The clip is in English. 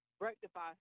rectify